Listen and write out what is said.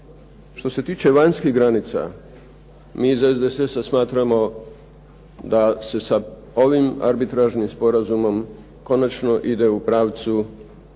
Što se tiče vanjskih granica mi iz SDSS-a smatramo da se sa ovim arbitražnim sporazumom konačno ide u pravcu